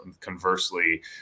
conversely